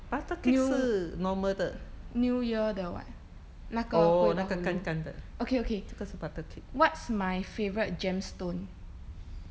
new new year 的 [what] 那个 kuih bahulu okay okay what's my favourite gemstone